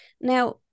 Now